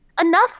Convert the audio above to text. enough